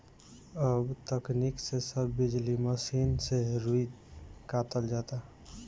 अब तकनीक से सब बिजली मसीन से रुई कातल जाता